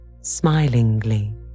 smilingly